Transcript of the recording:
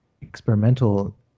experimental